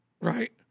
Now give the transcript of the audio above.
Right